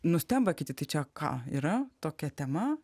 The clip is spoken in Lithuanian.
nustemba kiti tai čia ką yra tokia tema